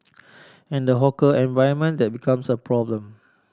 and the hawker environment that becomes a problem